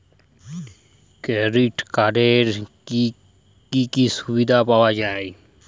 Credit কার্ডের কি কি সুবিধা পাওয়া যায়?